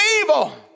evil